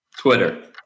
Twitter